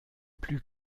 plus